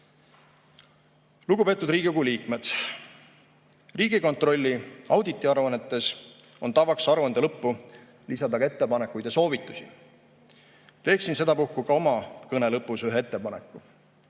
Lugupeetud Riigikogu liikmed! Riigikontrolli auditiaruannetes on tavaks aruande lõppu lisada ettepanekuid ja soovitusi. Teeksin sedapuhku ka oma kõne lõpus ühe ettepaneku.